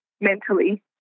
mentally